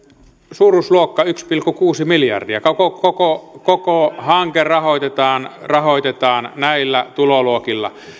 suuruusluokka yksi pilkku kuusi miljardia koko koko hanke rahoitetaan rahoitetaan näillä tuloluokilla